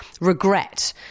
regret